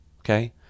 okay